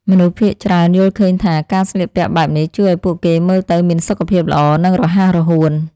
មនុស្សភាគច្រើនយល់ឃើញថាការស្លៀកពាក់បែបនេះ ជួយឱ្យពួកគេមើលទៅមានសុខភាពល្អ និងរហ័សរហួន។